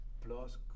plus